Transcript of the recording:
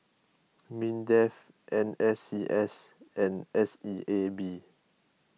Mindef N S C S and S E A B